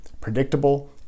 predictable